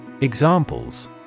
Examples